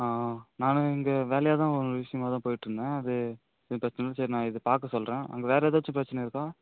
ஆ நானும் இங்கே வேலையா தான் ஒரு விஷியமாக தான் போய்ட்டுருந்தேன் அது இப்போ ஆ சரி நான் இதை பார்க்க சொல்லுறேன் அங்கே வேறு ஏதாச்சும் பிரச்சனை இருக்கா